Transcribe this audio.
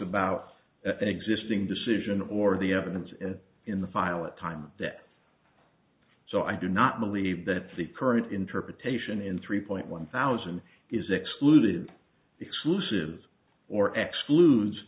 about an existing decision or the evidence in the file of time that so i do not believe that the current interpretation in three point one thousand is excluded exclusive or